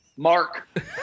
Mark